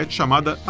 chamada